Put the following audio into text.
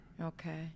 Okay